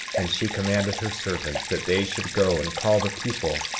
and she commanded her servants that they should go and call the people,